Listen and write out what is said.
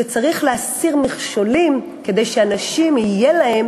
שצריך להסיר מכשולים כדי שאנשים יהיה להם